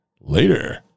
later